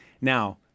Now